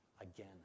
again